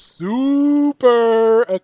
Super